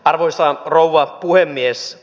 arvoisa rouva puhemies